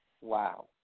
wow